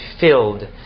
filled